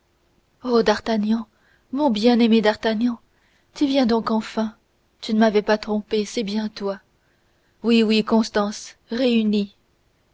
oh d'artagnan mon bien-aimé d'artagnan tu viens donc enfin tu ne m'avais pas trompée c'est bien toi oui oui constance réunis